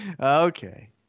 Okay